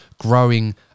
growing